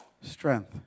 strength